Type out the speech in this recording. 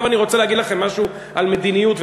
עכשיו אני רוצה להגיד לכם משהו על מדיניות,